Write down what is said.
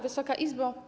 Wysoka Izbo!